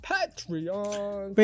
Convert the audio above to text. Patreon